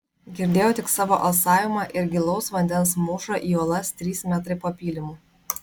girdėjau tik savo alsavimą ir gilaus vandens mūšą į uolas trys metrai po pylimu